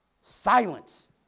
silence